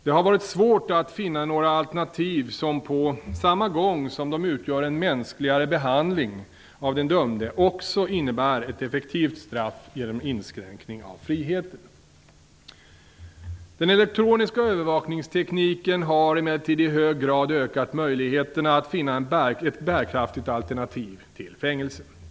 Det har varit svårt att finna alternativ som på samma gång som de utgör en mänskligare behandling av den dömde också innebär ett effektivt straff genom inskränkning av friheten. Den elektroniska övervakningstekniken har emellertid i hög grad ökat möjligheterna att finna ett bärkraftigt alternativ till fängelse.